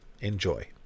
Enjoy